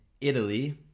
Italy